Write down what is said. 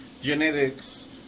genetics